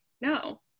no